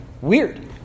Weird